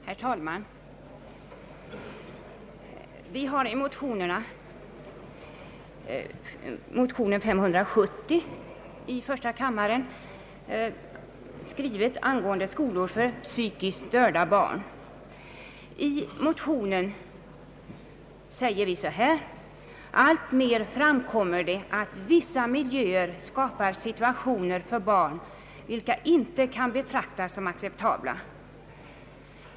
: Herr talman! Vi har i de likalydand motionerna 1I:498 och 1II:570 skrivit angående skolor för psykiskt störda barn. I motionerna har vi anfört: »Alltmer framkommer det att vissa miljöer skapar situationer för barn, vilka inte kan betraktas som acceptabla.